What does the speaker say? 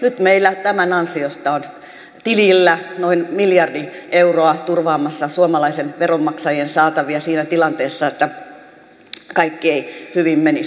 nyt meillä tämän ansiosta on tilillä noin miljardi euroa turvaamassa suomalaisten veronmaksajien saatavia siinä tilanteessa että kaikki ei hyvin menisi